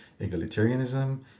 egalitarianism